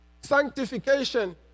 Sanctification